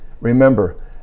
Remember